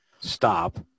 stop